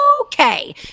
okay